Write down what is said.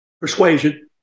persuasion